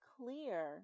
clear